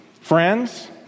Friends